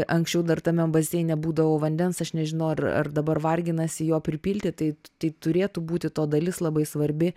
anksčiau dar tame baseine būdavo vandens aš nežinau ar ar dabar varginasi jo pripilti tai tai turėtų būti to dalis labai svarbi